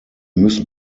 müssen